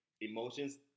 emotions